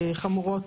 חמורות,